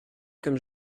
comme